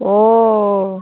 ও